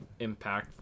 impactful